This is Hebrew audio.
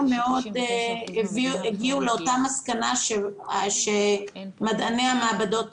מאוד הגיעו לאותה מסקנה שמדעני המעבדות פרסמו,